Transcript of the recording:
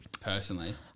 personally